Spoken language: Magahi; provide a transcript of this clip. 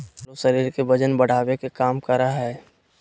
आलू शरीर के वजन बढ़ावे के काम करा हइ